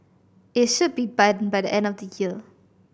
it should be by the end of next year